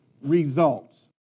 results